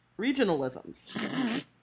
regionalisms